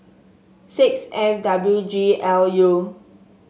six F W G L U